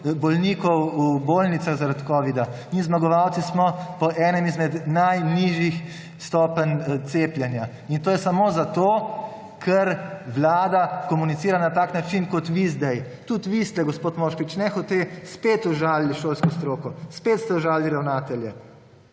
bolnikov v bolnicah zaradi covida-19 in zmagovalci smo po eni izmed najnižjih stopenj cepljenja. In to je samo zato, ker vlada komunicira na tak način kot vi sedaj. Tudi vi ste, gospod Moškrič, nehote spet užalili šolsko stroko, spet ste užalili ravnatelje,